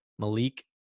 Malik